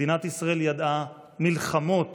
מדינת ישראל ידעה מלחמות